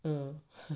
mm